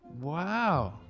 Wow